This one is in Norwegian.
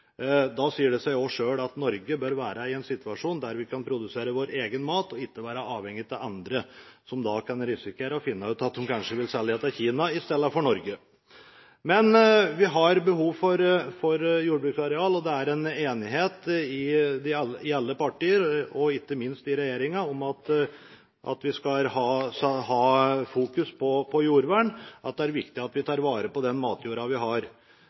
Da sier det seg også selv at Norge bør være i en situasjon der vi kan produsere vår egen mat og ikke være avhengig av andre som kan risikere å finne ut at de kanskje vil selge til Kina i stedet for til Norge. Men vi har behov for jordbruksareal, og det er en enighet i alle partier, og ikke minst i regjeringen, om at vi skal ha fokus på jordvern – at det er viktig at vi tar vare på den matjorda vi har.